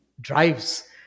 drives